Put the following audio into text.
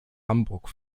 hamburg